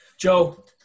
Joe